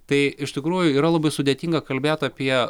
tai iš tikrųjų yra labai sudėtinga kalbėt apie